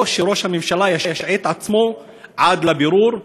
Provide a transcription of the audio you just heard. או שראש הממשלה ישעה את עצמו עד לבירור.